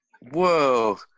whoa